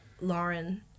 Lauren